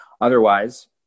Otherwise